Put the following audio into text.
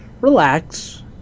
relax